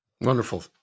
Wonderful